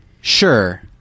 sure